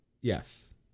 yes